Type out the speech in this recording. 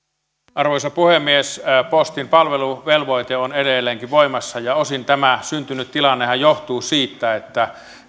arvoisa puhemies postin palveluvelvoite on edelleenkin voimassa ja osin tämä syntynyt tilannehan johtuu siitä että